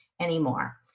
anymore